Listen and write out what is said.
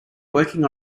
working